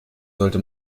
sollte